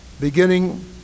beginning